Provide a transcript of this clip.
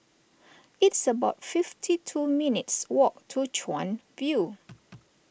it's about fifty two minutes' walk to Chuan View